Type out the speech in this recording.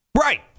Right